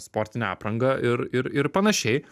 sportinę aprangą ir ir ir panašiai